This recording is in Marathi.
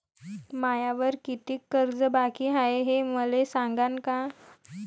मायावर कितीक कर्ज बाकी हाय, हे मले सांगान का?